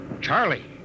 Charlie